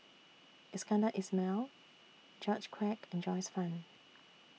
Iskandar Ismail George Quek and Joyce fan